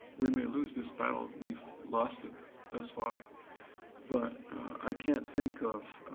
we may lose this battle. we've lost it thus far but i can't think of